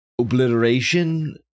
obliteration